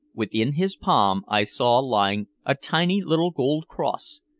within his palm i saw lying a tiny little gold cross,